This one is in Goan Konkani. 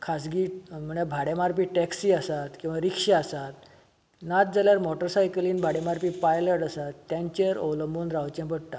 खाजगी म्हणजें भाडें मारपी टॅक्सी आसात किंवा रिक्षा आसात नात जाल्यार मोटारसायकलीन भाडें मारपी पायलट आसात तांचेर अवलंबून रावचें पडटा